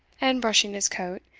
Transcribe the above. and brushing his coat,